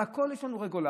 על הכול יש לנו רגולציה,